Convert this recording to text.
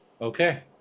Okay